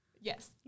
Yes